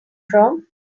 from